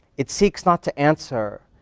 it seeks not to answer,